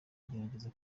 agerageza